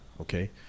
okay